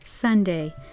Sunday